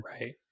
Right